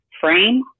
frame